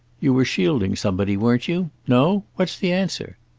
you were shielding somebody, weren't you? no? what's the answer?